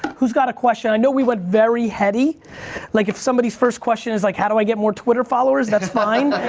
who's got a question? i know we went very heady like if somebody's first question is like how do i get more twitter followers that's fine,